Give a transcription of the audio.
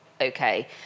okay